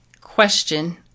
question